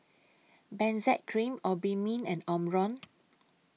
Benzac Cream Obimin and Omron